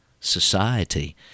society